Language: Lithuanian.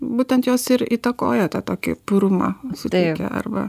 būtent jos ir įtakoja tą tokį purumą suteikia arba